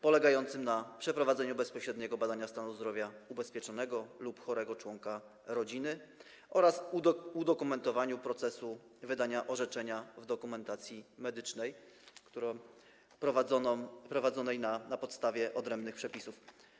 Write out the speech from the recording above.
Polega ono na przeprowadzeniu bezpośredniego badania stanu zdrowia ubezpieczonego lub chorego członka rodziny oraz udokumentowaniu procesu wydania orzeczenia w dokumentacji medycznej prowadzonej na podstawie odrębnych przepisów.